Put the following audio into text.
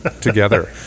together